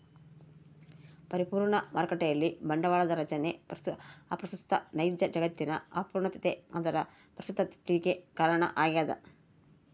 ಪರಿಪೂರ್ಣ ಮಾರುಕಟ್ಟೆಯಲ್ಲಿ ಬಂಡವಾಳದ ರಚನೆ ಅಪ್ರಸ್ತುತ ನೈಜ ಜಗತ್ತಿನ ಅಪೂರ್ಣತೆ ಅದರ ಪ್ರಸ್ತುತತಿಗೆ ಕಾರಣ ಆಗ್ಯದ